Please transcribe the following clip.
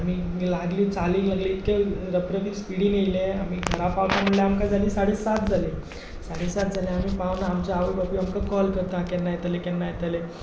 आमी लागले चालीक लागले इतक्या रपरपीत स्पिडीन येयले आमी घरा पावता म्हटल्यार आमी साडे सात जालीं साडे सात जालीं आमी पावना आमचे आवय बापूय आमकां कॉल करता केन्ना येतले केन्ना येतले